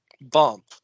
bump